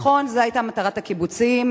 נכון, זו היתה מטרת הקיבוצים.